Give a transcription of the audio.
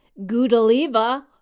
Gudaliva